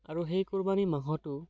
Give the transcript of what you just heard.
আৰু সেই কুৰবানি মাংসটো